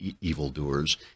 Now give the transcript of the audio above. evildoers